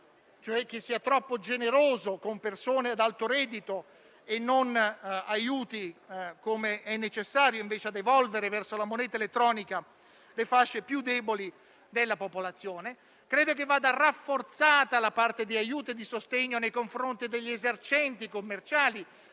cioè che sia troppo generoso con persone ad alto reddito e non aiuti a evolvere verso la moneta elettronica - come è invece necessario - le fasce più deboli della popolazione. Credo che vada rafforzata la parte di aiuto e di sostegno nei confronti degli esercenti commerciali,